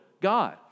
God